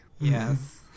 yes